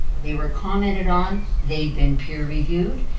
they were commented on, they've been peer-reviewed,